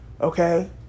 Okay